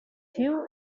two